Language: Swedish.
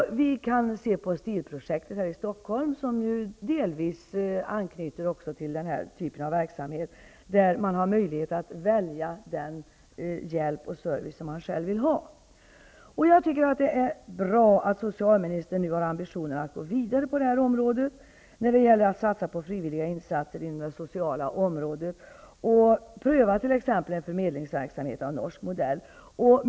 Vi kan se på Stilprojektet i Stockholm, som delvis också anknyter till den här typen av verksamhet, där man har möjlighet att välja den hjälp och den service som man själv vill ha. Det är bra att socialministern nu har ambitionen att gå vidare när det gäller att satsa på frivilliga insatser inom det sociala området och pröva t.ex. en förmedlingsversamhet av norsk modell.